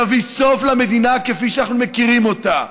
יביא סוף למדינה כפי שאנחנו מכירים אותה.